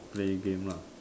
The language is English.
playing game lah